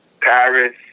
Paris